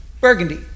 burgundy